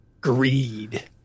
greed